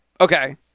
Okay